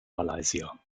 malaysia